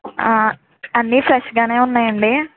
అన్ని ఫ్రెష్గానే ఉన్నాయాండి